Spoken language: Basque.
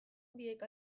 biek